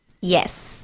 Yes